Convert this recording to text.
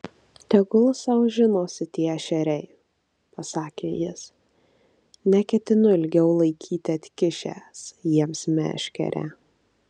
tegul sau žinosi tie ešeriai pasakė jis neketinu ilgiau laikyti atkišęs jiems meškerę